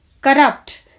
Corrupt